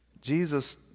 Jesus